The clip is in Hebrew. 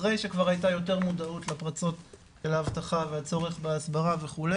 אחרי שכבר הייתה יותר מודעות לפרצות של האבטחה והצורך בהסברה וכו'.